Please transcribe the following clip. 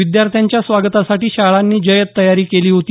विद्यार्थ्यांच्या स्वागतासाठी शाळांनी जय्यत तयारी केली होती